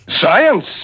Science